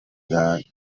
that